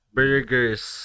burgers